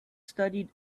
studied